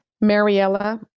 Mariella